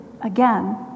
again